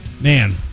Man